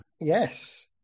Yes